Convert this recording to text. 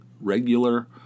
regular